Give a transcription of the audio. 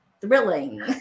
thrilling